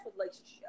relationship